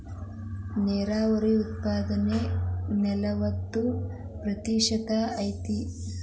ನೇರಾವರಿ ಉತ್ಪಾದನೆ ನಲವತ್ತ ಪ್ರತಿಶತಾ ಐತಿ